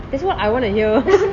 that's what I want to hear